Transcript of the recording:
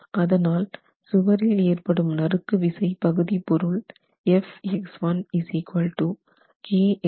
அதனால் சுவரில் ஏற்படும் நறுக்கு விசை பகுதி பொருள் ஆகும்